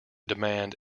demand